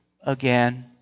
again